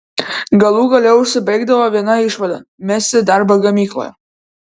galų gale užsibaigdavo viena išvada mesti darbą gamykloje